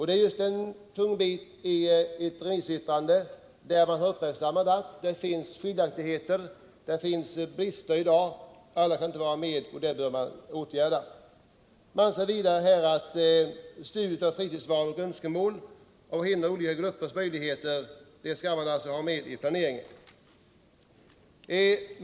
Det är just en tung bit i ett remissyttrande där man har uppmärksammat att det finns skiljaktigheter 13 och brister och att alla inte kan vara med. Detta bör man åtgärda. Man anser vidare att studier av fritidsvanor och önskemål, av hinder och olika gruppers möjligheter skall vara med i planeringen.